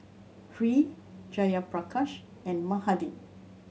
Hri Jayaprakash and Mahade